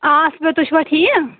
آ اَصٕل پٲٹھۍ تُہۍ چھُوا ٹھیٖک